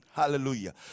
Hallelujah